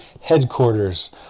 headquarters